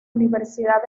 universidad